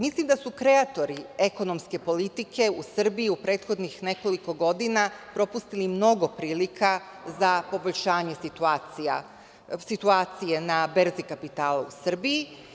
Mislim da su kreator ekonomske politike u Srbiji u prethodnih nekoliko godina propustili mnogo prilika za poboljšanje situacije na berzi kapitala u Srbiji.